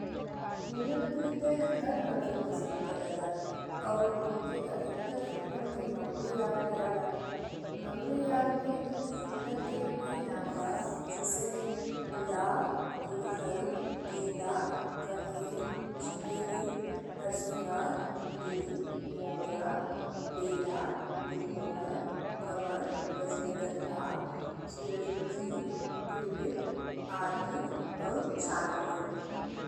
फूलन के ते हर माने पसंद करेला और उनके अधिकतर फूलन के नाउँ याद रहेला। हमरे याद में कुछ फूलन के ई नाम बा जैसे गुलाब, गूढ़ल, गेंदवा, कांटेर, चमेली, हरसिंगार, लिली, मोगरा, बेला, गुलमोहर, कमल, रजनीगंधा, सूरजमुखी, ट्यूलिप, अर्कीड़ अउर चाँदनी।